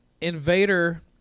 Invader